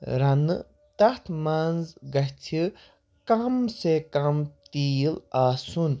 رَنہٕ تَتھ منٛز گَژھہِ کَم سے کَم تیٖل آسُن